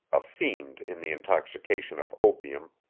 a fiend in the intoxication of opium,